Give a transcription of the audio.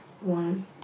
one